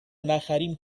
نخریم